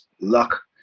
luck